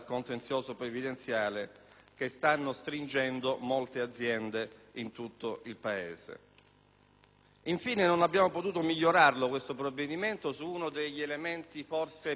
che stanno stringendo molte aziende in tutto il Paese. Infine, non abbiamo potuto migliorare questo provvedimento su uno degli elementi forse più significativi: